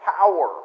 power